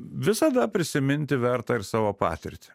visada prisiminti verta ir savo patirtį